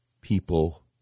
people